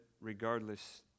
regardless